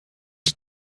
die